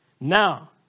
now